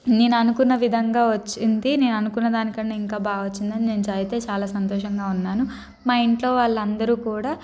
నేను అనుకున్న విధంగా వచ్చింది నేను అనుకున్న దానికన్నా ఇంకా బాగా వచ్చిందని నేనైతే చాలా సంతోషంగా ఉన్నాను మా ఇంట్లో వాళ్ళు అందరు కూడా